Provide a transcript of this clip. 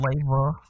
flavor